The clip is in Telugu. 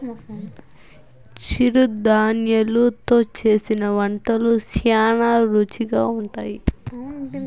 చిరుధాన్యలు తో చేసిన వంటలు శ్యానా రుచిగా ఉంటాయి